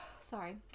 Sorry